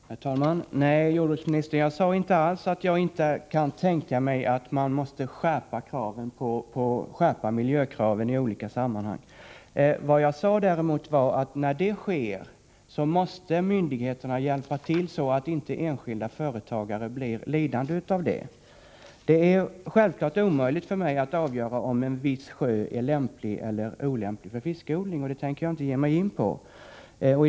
Herr talman! Nej, jordbruksministern, jag sade inte alls att jag inte kan tänka mig en skärpning av miljökraven i olika sammanhang. Vad jag däremot sade var att när så sker, måste myndigheterna hjälpa till och förhindra att enskilda företagare blir lidande. Självfallet är det omöjligt för mig att avgöra om en viss sjö är lämplig för fiskodling eller inte. Någonting sådant tänker jag inte heller ge mig in på.